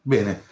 Bene